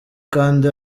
kandi